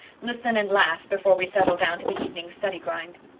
listen and laugh, before we settle down to the evening's study-grind.